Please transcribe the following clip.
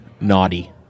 naughty